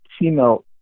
female